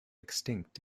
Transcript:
extinct